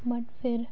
but ਫਿਰ